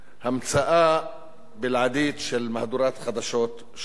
ההמצאה בלעדית של מהדורת חדשות שבועית.